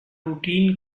routine